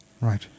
Right